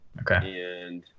Okay